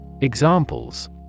Examples